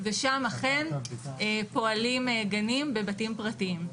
ושם אכן פועלים גנים בבתים פרטיים.